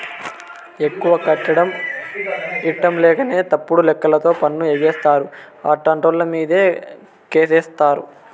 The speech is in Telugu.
ఎక్కువ కట్టడం ఇట్టంలేకనే తప్పుడు లెక్కలతో పన్ను ఎగేస్తారు, అట్టాంటోళ్ళమీదే కేసేత్తారు